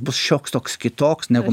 bus šioks toks kitoks negu